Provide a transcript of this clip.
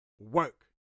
Work